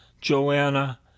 joanna